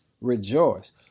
Rejoice